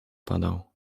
padał